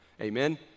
amen